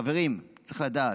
חברים, צריך לדעת,